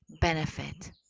benefit